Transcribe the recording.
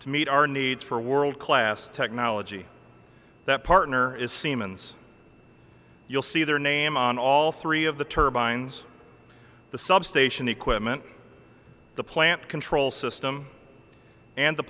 to meet our needs for world class technology that partner is siemens you'll see their name on all three of the turbines the substation equipment the plant control system and the